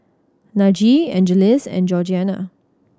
Najee Angeles and Georgianna